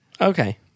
Okay